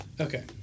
Okay